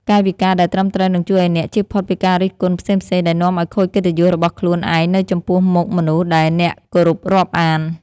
កាយវិការដែលត្រឹមត្រូវនឹងជួយឱ្យអ្នកជៀសផុតពីការរិះគន់ផ្សេងៗដែលនាំឱ្យខូចកិត្តិយសរបស់ខ្លួនឯងនៅចំពោះមុខមនុស្សដែលអ្នកគោរពរាប់អាន។